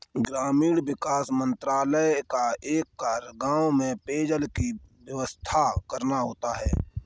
ग्रामीण विकास मंत्रालय का एक कार्य गांव में पेयजल की व्यवस्था करना होता है